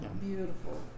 Beautiful